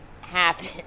happen